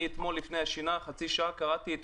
אני אתמול לפני השינה חצי שעה קראתי את